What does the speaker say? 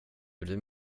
bryr